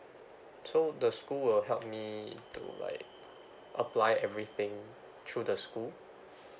so the school will help me to like apply everything through the school